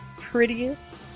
prettiest